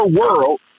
world